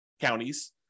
counties